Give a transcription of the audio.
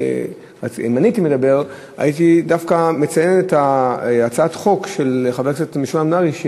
אם הייתי מדבר הייתי דווקא מציין את הצעת החוק של חבר הכנסת משולם נהרי,